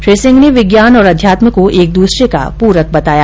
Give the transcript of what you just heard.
श्री सिंह ने विज्ञान और अध्यात्म को एक दूसरे का पूरक बताया